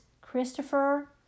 Christopher